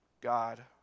God